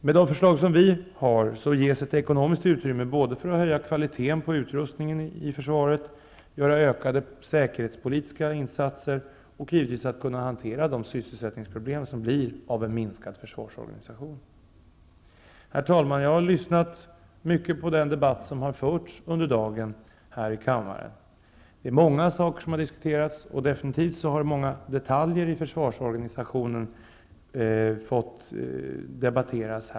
Med det förslag som vi har ges ett ekonomiskt utrymme såväl för att höja kvaliteten på utrustningen i försvaret som för att göra ökade säkerhetspolitiska insatser och givetvis för att kunna hantera de sysselsättningsproblem som blir en följd av minskad försvarsorganisation. Herr talman! Jag har lyssnat mycket på den debatt som har förts under dagen här i kammaren. Många saker har diskuterats, och definitivt har många detaljer i försvarsorganisationen debatterats.